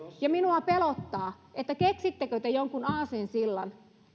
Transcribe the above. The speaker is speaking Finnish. ja minua pelottaa keksittekö te jonkun aasinsillan